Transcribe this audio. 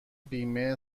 بیمه